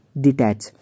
Detach